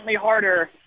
harder